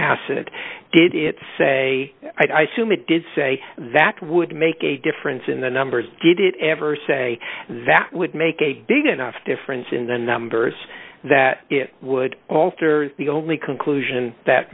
acid did it say i summa did say that would make a difference in the numbers did it ever say that would make a big enough difference in the numbers that it would alter the only conclusion that